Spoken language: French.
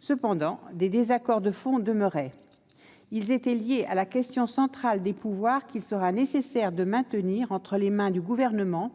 Cependant, des désaccords de fond demeuraient. Ils étaient liés à la question centrale des pouvoirs qu'il sera nécessaire de maintenir entre les mains du Gouvernement,